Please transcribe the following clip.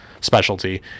specialty